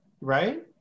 right